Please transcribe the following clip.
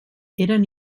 eren